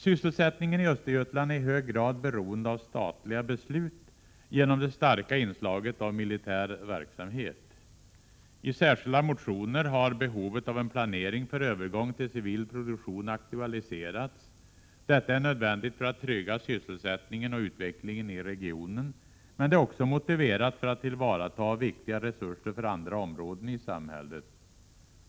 Sysselsättningen i Östergötland är i hög grad beroende av statliga beslut genom det starka inslaget av militär verksamhet. I särskilda motioner har behovet av en planering för övergång till civil produktion aktualiserats. Detta är nödvändigt för att trygga sysselsättningen och utvecklingen i regionen. Men det är också motiverat för att tillvarata viktiga resurser för andra områden i samhället.